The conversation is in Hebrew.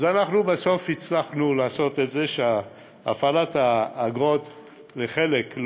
אז בסוף הצלחנו לעשות את זה שהפעלת האגרות לחלק,